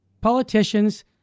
politicians